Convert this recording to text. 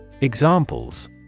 Examples